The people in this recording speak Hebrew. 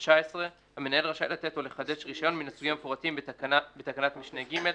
2019 המנהל רשאי לתת או לחדש רישיון מן הסוגים המפורטים בתקנת משנה (ג),